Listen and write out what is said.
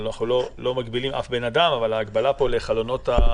אנחנו לא מגבילים אף אדם אבל ההגבלה פה לסלייטים,